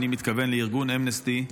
אני מתכוון לארגון אמנסטי,